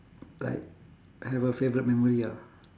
like have a favourite memory ah